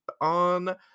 on